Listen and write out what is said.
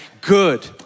good